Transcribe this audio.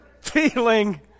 feeling